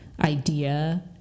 idea